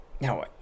Now